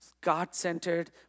God-centered